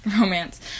Romance